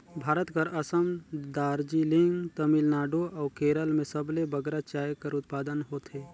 भारत कर असम, दार्जिलिंग, तमिलनाडु अउ केरल में सबले बगरा चाय कर उत्पादन होथे